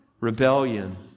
rebellion